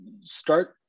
start